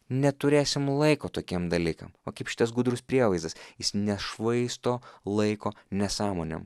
neturėsim laiko tokiem dalykam o kaip šitas gudrus prievaizdas jis nešvaisto laiko nesąmonėm